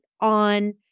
on